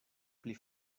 pli